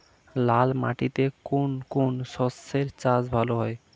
লাল মাটিতে কোন কোন শস্যের চাষ ভালো হয়?